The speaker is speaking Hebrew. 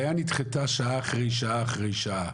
הלוויה נדחתה שעה אחרי שעה אחרי שעה,